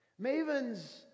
Mavens